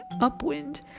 upwind